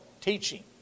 teaching